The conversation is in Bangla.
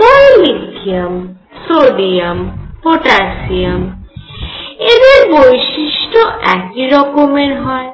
ধরো লিথিয়াম সোডিয়াম পটাসিয়াম এদের বৈশিষ্ট্য একই রকমের হয়